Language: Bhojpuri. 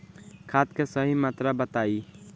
खाद के सही मात्रा बताई?